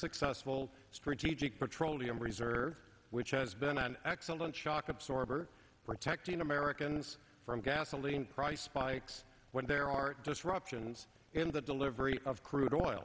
successful strategic petroleum reserve which has been an excellent shock absorber protecting americans from gasoline price spikes when there are disruptions in the delivery of crude oil